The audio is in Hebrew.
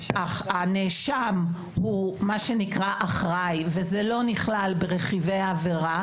והנאשם הוא מה שנקרא אחראי וזה לא נכלל רכיבי העבירה.